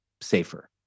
safer